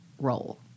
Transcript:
role